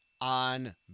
on